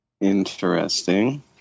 Interesting